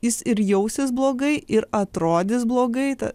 jis ir jausis blogai ir atrodys blogai ta